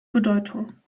bedeutung